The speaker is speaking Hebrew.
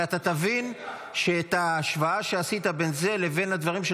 ואתה תבין שההשוואה שעשית בין זה לבין הדברים של